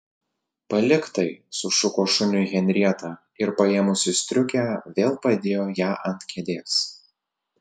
palik tai sušuko šuniui henrieta ir paėmusi striukę vėl padėjo ją ant kėdės